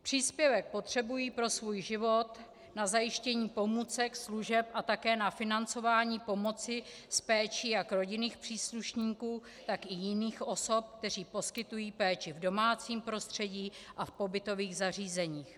Příspěvek potřebují pro svůj život na zajištění pomůcek, služeb a také na financování pomoci s péčí jak rodinných příslušníků, tak i jiných osob, kteří poskytují péči v domácím prostředí a v pobytových zařízeních.